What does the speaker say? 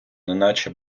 неначе